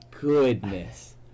goodness